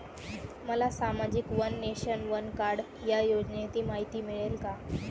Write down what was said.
मला सामाजिक one nation, one card या योजनेची माहिती मिळेल का?